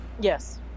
Yes